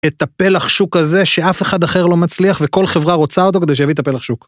את הפלח שוק הזה שאף אחד אחר לא מצליח וכל חברה רוצה אותו כדי שיביא את הפלח שוק.